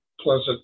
pleasant